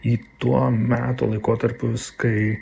į tuo meto laikotarpius kai